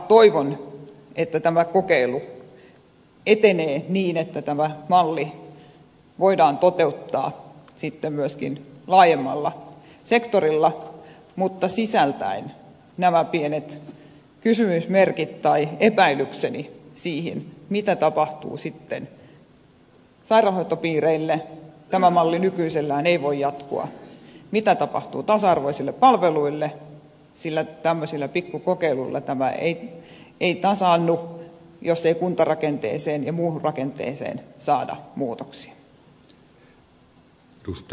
toivon että tämä kokeilu etenee niin että tämä malli voidaan toteuttaa myöskin laajemmalla sektorilla mutta sisältäen nämä pienet kysymysmerkit tai epäilykseni siihen mitä tapahtuu sairaanhoitopiireille tämä malli nykyisellään ei voi jatkua ja mitä tapahtuu tasa arvoisille palveluille sillä tämmöisillä pikkukokeiluilla tämä ei tasaannu jos ei kuntarakenteeseen ja muuhun rakenteeseen saada muutoksia